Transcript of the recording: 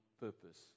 purpose